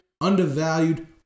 undervalued